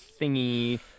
thingy